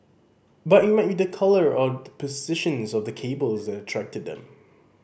but it might be the colour or the position of the cables that attracted them